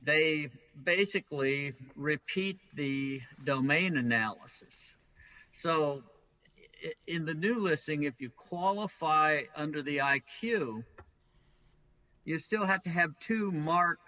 they basically repeat the domain analysis so in the new listing if you qualify under the i q you still have to have to mark